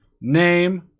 name